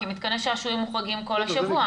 כי מתקני שעשועים מוחרגים כל השבוע.